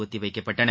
ஒத்திவைக்கப்பட்டன